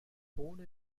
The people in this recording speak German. ohne